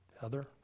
Heather